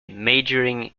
majoring